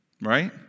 Right